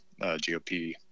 GOP